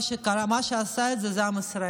מה שקרה, מה שעשה את זה, זה עם ישראל,